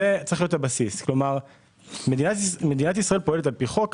כלומר מדינת ישראל פועלת לפי חוק.